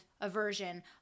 aversion